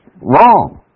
wrong